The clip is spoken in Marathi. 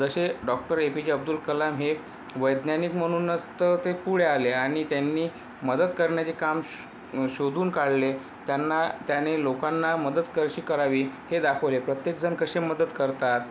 जसे doctor A P J Abdul Kalam हे वैज्ञानिक म्हणूनच तर ते पुढे आले आणि त्यांनी मदत करण्याचे काम श शोधून काढले त्यांना त्याने लोकांना मदत कशी करावी हे दाखवले प्रत्येक जण कसे मदत करतात